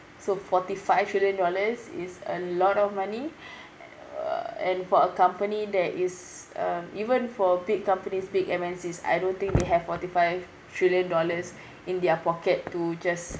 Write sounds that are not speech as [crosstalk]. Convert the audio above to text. so forty five trillion dollars is a lot of money [breath] err and for a company that is um even for big companies big M_N_Cs I don't think they have forty five trillion dollars in their pocket to just